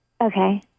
Okay